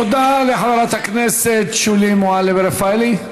תודה לחברת הכנסת שולי מועלם-רפאלי.